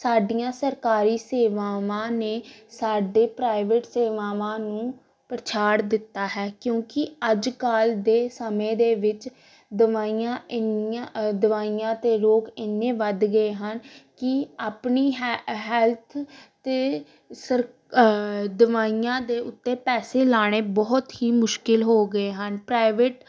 ਸਾਡੀਆਂ ਸਰਕਾਰੀ ਸੇਵਾਵਾਂ ਨੇ ਸਾਡੇ ਪ੍ਰਾਈਵੇਟ ਸੇਵਾਵਾਂ ਨੂੰ ਪਛਾੜ ਦਿੱਤਾ ਹੈ ਕਿਉਂਕਿ ਅੱਜ ਕੱਲ ਦੇ ਸਮੇਂ ਦੇ ਵਿੱਚ ਦਵਾਈਆਂ ਇੰਨੀਆਂ ਦਵਾਈਆਂ ਅਤੇ ਰੋਗ ਇੰਨੇ ਵੱਧ ਗਏ ਹਨ ਕਿ ਆਪਣੀ ਹੈ ਹੈਲਥ ਅਤੇ ਸਰ ਦਵਾਈਆਂ ਦੇ ਉੱਤੇ ਪੈਸੇ ਲਾਉਣੇ ਬਹੁਤ ਹੀ ਮੁਸ਼ਕਲ ਹੋ ਗਏ ਹਨ ਪ੍ਰਾਈਵੇਟ